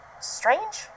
Strange